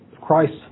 Christ